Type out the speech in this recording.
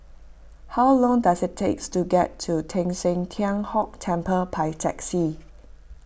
how long does it take to get to Teng San Tian Hock Temple by taxi